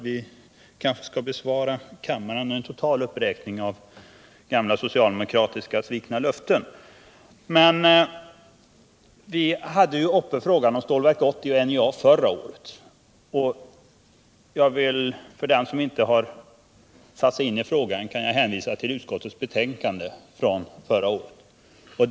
Vi kanske skall bespara kammaren en total uppräkning av gamla svikna socialdemokratiska löften. Vi hade uppe frågan om Stålverk 80 och NJA förra året, och för den som inte har satt sig in i frågan kan jag hänvisa till utskottets betänkande från förra året.